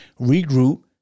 Regroup